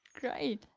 Great